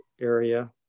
area